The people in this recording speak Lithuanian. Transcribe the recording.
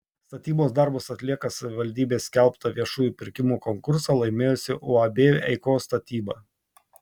statybos darbus atlieka savivaldybės skelbtą viešųjų pirkimų konkursą laimėjusi uab eikos statyba